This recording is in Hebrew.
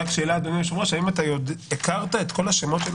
אדוני היושב ראש, האם הכרת את כל המדינות?